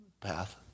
path